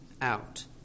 out